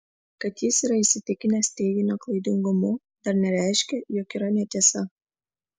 kad jis yra įsitikinęs teiginio klaidingumu dar nereiškia jog yra netiesa